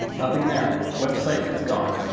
nothing there. website is gone.